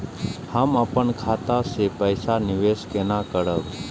हम अपन खाता से पैसा निवेश केना करब?